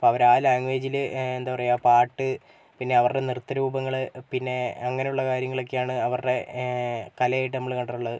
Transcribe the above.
അപ്പോൾ അവർ ആ ലാഗ്വേജിൽ എന്താ പറയാ പാട്ട് പിന്നെ അവരുടെ നൃത്ത രൂപങ്ങൾ പിന്നെ അങ്ങനുള്ള കാര്യങ്ങളൊക്കെയാണ് അവരുടെ കലയായിട്ട് നമ്മൾ കണ്ടിട്ടുള്ളത്